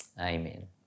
Amen